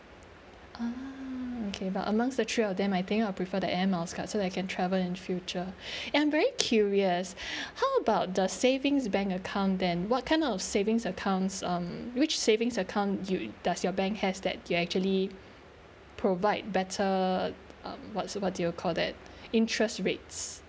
ah okay but amongst the three of them I think I'll prefer the Air Miles card so that I can travel in future and very curious how about the savings bank account then what kind of savings accounts um which savings account you does your bank has that you actually provide better um what's what do you call that interest rate